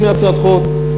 הנה הצעת חוק,